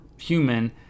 human